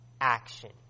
action